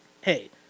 hey